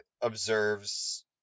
observes